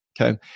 Okay